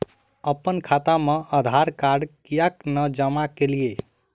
अप्पन खाता मे आधारकार्ड कियाक नै जमा केलियै?